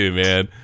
man